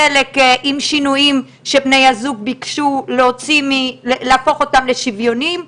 חלק עם שינויים שבני הזוג ביקשו להפוך אותם לשוויוניים.